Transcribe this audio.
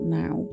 now